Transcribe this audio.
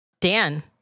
Dan